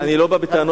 אני לא בא בטענות,